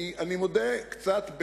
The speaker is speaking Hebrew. כי אני מודה קצת,